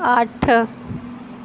अट्ठ